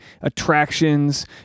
attractions